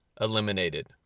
eliminated